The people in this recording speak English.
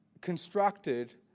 constructed